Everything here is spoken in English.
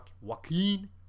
Joaquin